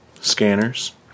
Scanners